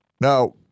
Now